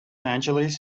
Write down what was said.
angeles